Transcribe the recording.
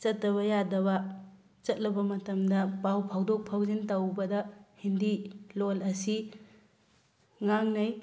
ꯆꯠꯇꯕ ꯌꯥꯗꯕ ꯆꯠꯂꯕ ꯃꯇꯝꯗ ꯄꯥꯎ ꯐꯥꯎꯗꯣꯛ ꯐꯥꯎꯖꯤꯟ ꯇꯧꯕꯗ ꯍꯤꯟꯗꯤ ꯂꯣꯟ ꯑꯁꯤ ꯉꯥꯡꯅꯩ